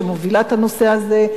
שמובילה את הנושא הזה.